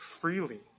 freely